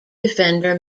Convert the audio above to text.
defender